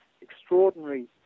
extraordinary